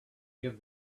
give